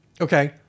Okay